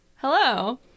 Hello